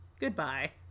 Goodbye